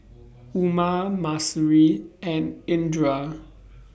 Umar Mahsuri and Indra